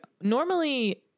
Normally